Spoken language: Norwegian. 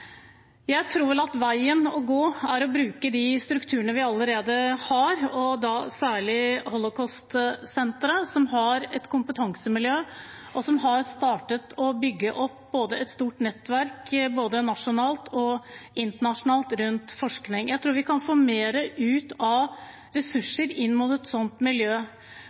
Jeg tror at veien å gå er å bruke de strukturene vi allerede har, og da særlig Holocaustsenteret, som har et kompetansemiljø, og som har startet å bygge opp et stort nettverk både nasjonalt og internasjonalt rundt forskning. Jeg tror vi kan få mer ut av ressursene inn mot et sånt miljø,